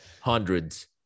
Hundreds